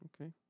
Okay